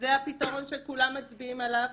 זה הפתרון שכולם מצביעים עליו.